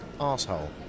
asshole